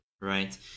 right